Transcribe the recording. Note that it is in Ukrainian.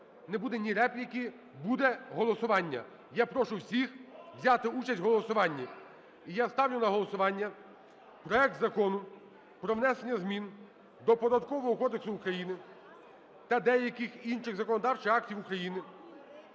Не буде ні репліки, буде голосування. Я прошу всіх взяти участь в голосуванні. І я ставлю на голосування проект Закону про внесення змін до Податкового кодексу України та деяких інших законодавчих актів України